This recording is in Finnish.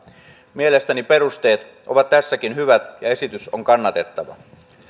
mielestäni perusteet ovat tässäkin hyvät ja esitys on kannatettava